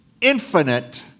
infinite